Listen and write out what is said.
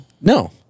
No